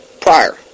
prior